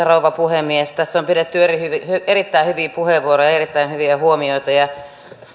rouva puhemies tässä on pidetty erittäin hyviä puheenvuoroja ja on ollut erittäin hyviä huomioita